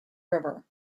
river